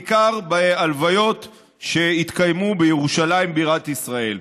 בעיקר בהלוויות שהתקיימו בירושלים בירת ישראל.